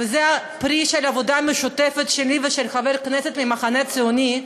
וזה פרי של עבודה משותפת שלי ושל חבר כנסת מהמחנה הציוני,